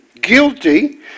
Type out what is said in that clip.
guilty